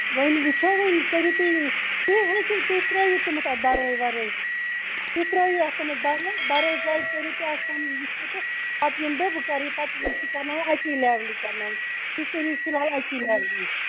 وۅنۍ وُچھو وۅنۍ کٔرِو تُہۍ تُہۍ ہٮ۪کِو تُہۍ ترٛٲوِو تٔمِس اَتھ بَرٲے وَرٲے تُہۍ ترٛٲوِو اتھ تمِچ برنے بَرٲے گاڑِ کٔرِو اَتھ تمہٕ وُچھِو تہٕ پتہٕ یِمہٕ بہٕ کَرٕ یہِ پتہٕ یہِ چھُ کرناوُن اکی لیٚولہِ کَرناوُن تُہۍ کٔرِو فِلحال اَکی لیٚولہِ یہِ